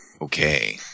Okay